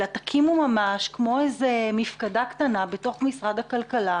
אלא תקימו ממש כמו איזו מפקדה קטנה בתוך משרד הכלכלה,